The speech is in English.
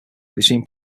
between